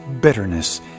bitterness